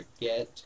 get